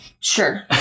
Sure